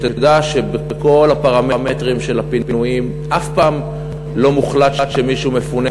תדע שבכל הפרמטרים של הפינויים אף פעם לא מוחלט שמישהו מפונה,